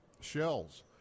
shells